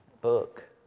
book